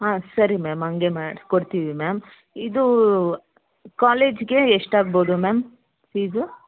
ಹಾಂ ಸರಿ ಮ್ಯಾಮ್ ಹಂಗೆ ಮಾಡಿ ಕೊಡ್ತೀವಿ ಮ್ಯಾಮ್ ಇದು ಕಾಲೇಜ್ಗೆ ಎಷ್ಟಾಗ್ಬೋದು ಮ್ಯಾಮ್ ಫೀಸು